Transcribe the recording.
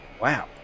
Wow